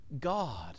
God